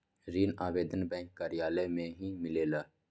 ऋण आवेदन बैंक कार्यालय मे ही मिलेला?